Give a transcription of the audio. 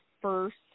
first